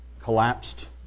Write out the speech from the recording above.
collapsed